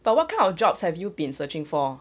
but what kind of jobs have you been searching for